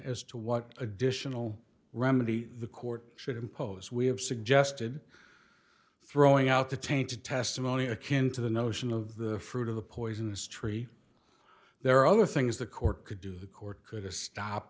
as to what additional remedy the court should impose we have suggested throwing out the tainted testimony akin to the notion of the fruit of the poisonous tree there are other things the court could do the court could stop